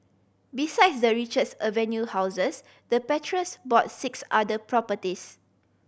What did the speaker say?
besides the Richards Avenue houses the patriarchs bought six other properties